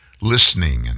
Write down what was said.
listening